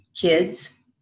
kids